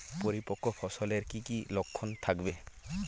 পরিপক্ক ফসলের কি কি লক্ষণ থাকবে?